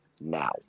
now